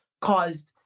caused